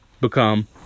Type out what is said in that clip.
become